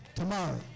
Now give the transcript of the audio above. Tomorrow